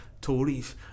Tories